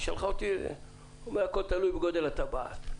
הוא אמר: הכול תלוי בגודל הטבעת.